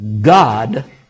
God